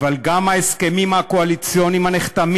אבל גם ההסכמים הקואליציוניים הנחתמים